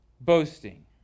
boasting